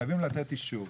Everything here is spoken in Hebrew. חייבים לתת אישור.